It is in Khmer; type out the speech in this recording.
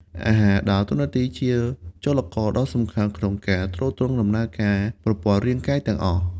អាហារដើរតួនាទីជាចលករដ៏សំខាន់ក្នុងការ ទ្រទ្រង់ដំណើរការប្រព័ន្ធរាងកាយ ទាំងអស់។